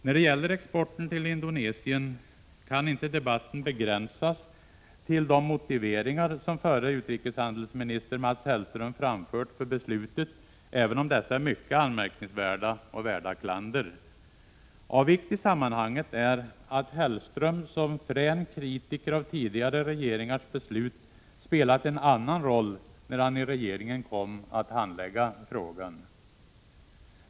När det gäller exporten till Indonesien kan inte debatten begränsas till de motiveringar som förre utrikeshandelsminister Mats Hellström framfört för beslutet, även om dessa är mycket anmärkningsvärda och värda klander. Av vikt i sammanhanget är att Hellström som frän kritiker av tidigare regeringars beslut spelat en annan roll när han i regeringen kom att handlägga frågan.